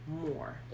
more